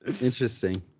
interesting